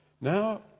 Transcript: Now